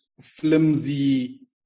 flimsy